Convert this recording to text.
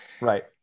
Right